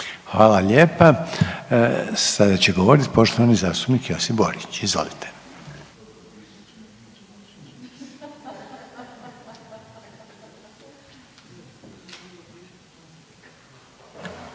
Hvala lijepa. Sada će govoriti poštovani zastupnik Josip Borić. Izvolite.